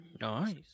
Nice